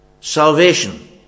salvation